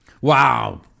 Wow